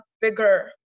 bigger